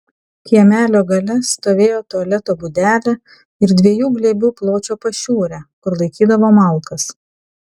kiemelio gale stovėjo tualeto būdelė ir dviejų glėbių pločio pašiūrė kur laikydavo malkas